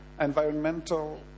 environmental